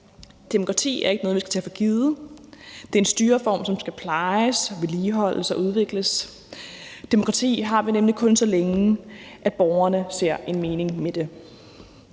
Demokrati er ikke noget, vi skal tage for givet. Det er en styreform, som skal plejes, vedligeholdes og udvikles. Demokrati har vi nemlig kun, så længe borgerne ser en mening med det.